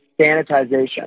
sanitization